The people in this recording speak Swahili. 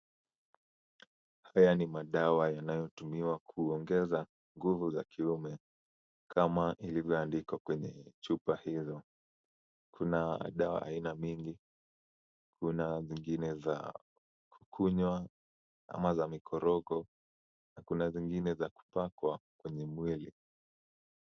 Haya ni madawa yanayotumiwa kuongeza nguvu za kiume, kama ilivyoandikwa kwenye chupa hizo. Kuna dawa aina mingi, kuna zingine za kukunywa, ama za mikorogo na kuna zingine za kupakwa kwenye mwili.